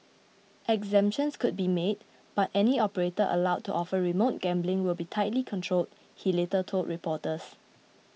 exemptions could be made but any operator allowed to offer remote gambling will be tightly controlled he later told reporters